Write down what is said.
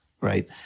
right